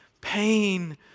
pain